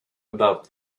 about